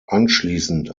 anschließend